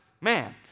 man